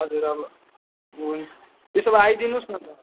हजुर अब हुन्छ त्यसो भए आइदिनुहोस् न त